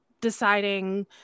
deciding